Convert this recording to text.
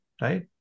right